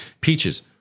peaches